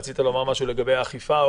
רצית לומר משהו לגבי האכיפה.